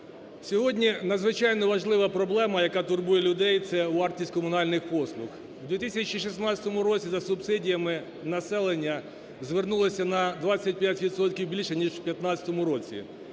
Сьогодні надзвичайно важлива проблема, яка турбує людей – це вартість комунальних послуг. В 2016 році за субсидіями населення звернулося на 25 відсотків більше ніж в 2015 році.